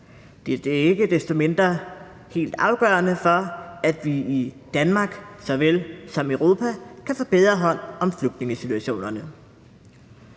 Det er ikke desto mindre helt afgørende for, at vi i Danmark såvel som i Europa kan få bedre hånd om flygtningesituationerne.